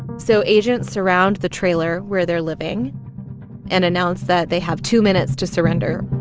so agents surround the trailer where they're living and announce that they have two minutes to surrender.